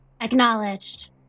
Acknowledged